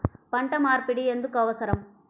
పంట మార్పిడి ఎందుకు అవసరం?